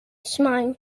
smiling